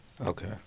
Okay